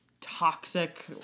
toxic